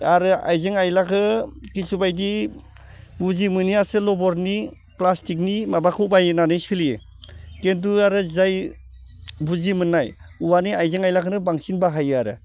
दा आरो आइजें आयलाखौ किसुबायदि बुजि मोनियासो लबरनि प्लास्टिकनि माबाखौ बायनानै सोलियो किन्तु आरो जाय बुजि मोननाय औवानि आइजें आयलाखोनो बांसिन बाहायो आरो